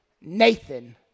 Nathan